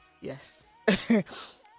Yes